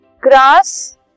Grass